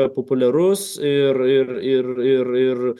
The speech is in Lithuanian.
populiarus ir ir ir ir ir